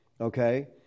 Okay